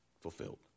fulfilled